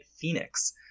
Phoenix